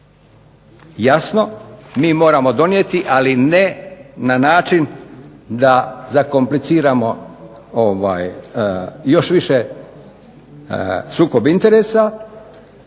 jasno mi moramo donijeli ali ne na način da zakompliciramo još više sukob interesa